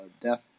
death